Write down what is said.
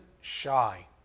shy